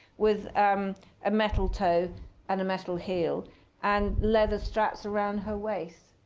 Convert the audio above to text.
with um a metal toe and a metal heel and leather straps around her waist.